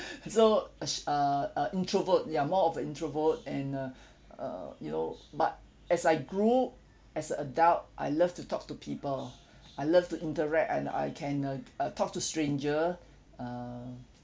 so a sh~ uh uh introvert ya more of a introvert and uh uh you know but as I grew as a adult I love to talk to people I love to interact and I can uh uh talk to stranger err